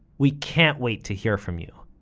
we can't wait to hear from you!